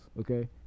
okay